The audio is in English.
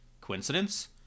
Coincidence